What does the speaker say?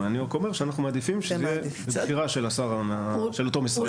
אני רק אומר שאנחנו מעדיפים שזה יהיה בחירה של השר של אותו משרד.